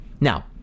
Now